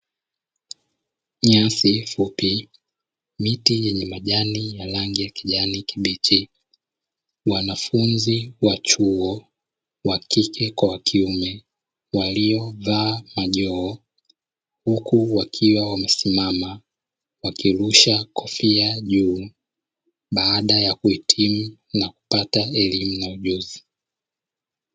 Nyasi fupi, miti yenye majani ya rangi ya kijani kibichi, wanafunzi wa chuo wa kike kwa wakiume waliovaa majoho, huku wakiwa wamesimama wakirusha kofia juu baada ya kuhitimu na kupata elimu na ujuzi.